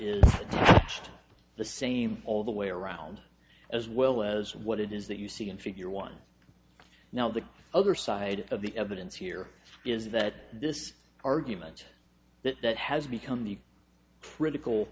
is the same all the way around as well as what it is that you see in figure one now the other side of the evidence here is that this argument that that has become the critical